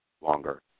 longer